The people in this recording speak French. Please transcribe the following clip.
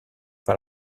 par